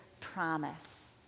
promise